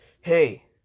Hey